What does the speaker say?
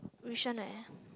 which one leh